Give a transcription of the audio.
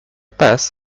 pass